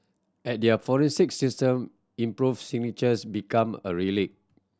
as their forensic system improved signatures become a relic